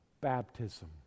baptism